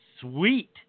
sweet